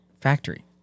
Factory